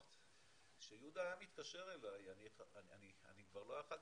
כשיהודה התקשר אלי, אני כבר לא יכלתי,